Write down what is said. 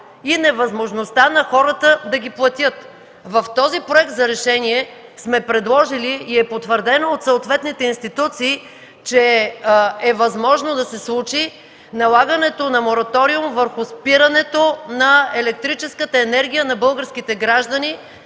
и невъзможността на хората да ги платят. В този проект за решение сме предложили и е потвърдено от съответните институции, че е възможно да се случи налагането на мораториум върху спирането на електрическата енергия на българските граждани